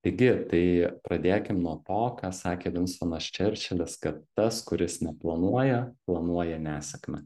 taigi tai pradėkim nuo to ką sakė vinstonas čerčilis kad tas kuris neplanuoja planuoja nesėkmę